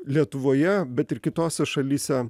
lietuvoje bet ir kitose šalyse